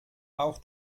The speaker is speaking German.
auch